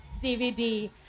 DVD